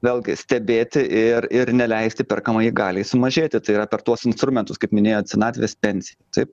vėlgi stebėti ir ir neleisti perkamajai galiai sumažėti tai yra per tuos instrumentus kaip minėjot senatvės pensija taip